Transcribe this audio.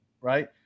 Right